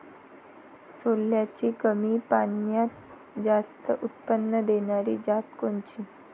सोल्याची कमी पान्यात जास्त उत्पन्न देनारी जात कोनची?